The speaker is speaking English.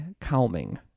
calming